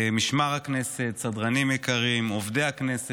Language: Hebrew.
אושרה בקריאה הראשונה ותעבור לדיון בוועדת החינוך,